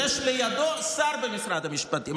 המשפטים, יש לידו שר במשרד המשפטים.